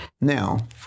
Now